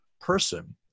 person